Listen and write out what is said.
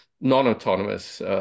non-autonomous